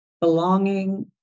belonging